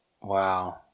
Wow